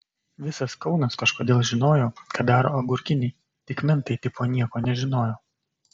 visas kaunas kažkodėl žinojo ką daro agurkiniai tik mentai tipo nieko nežinojo